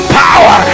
power